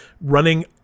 running